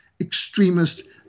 extremist